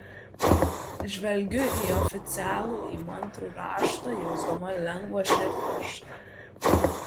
žvelgiu į oficialų įmantrų raštą jausdama lengvą širdperšą